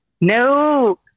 No